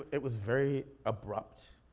it was very abrupt,